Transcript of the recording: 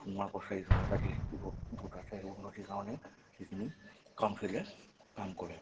সোণোৱাল কছাৰী জনজাতিবোৰক য'ত আছে উন্নতিৰ কাৰণে সেইখিনি কাউন্সিলে কাম কৰে